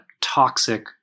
toxic